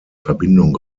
verbindung